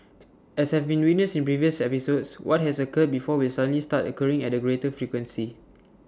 as have been witnessed in previous episodes what has occurred before will suddenly start occurring at A greater frequency